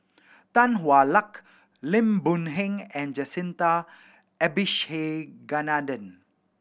Tan Hwa Luck Lim Boon Heng and Jacintha Abisheganaden